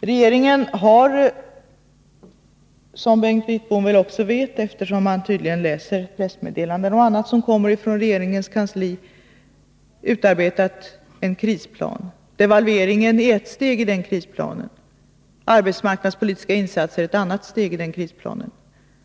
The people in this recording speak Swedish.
Regeringen har — som Bengt Wittbom väl också vet, eftersom han tydligen läser pressmeddelanden och annat som kommer från regeringens kansli — utarbetat en krisplan. Devalveringen är ett steg och arbetsmarknadspolitiska insatser ett annat steg i den krisplanen.